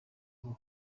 bwo